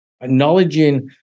acknowledging